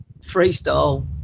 freestyle